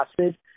acid